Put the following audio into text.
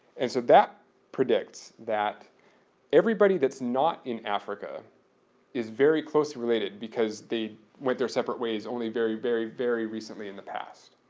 and so, that predicts that everybody that's not in africa is very closely related because they went their separate ways only very, very, very recently in the past.